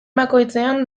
bakoitzean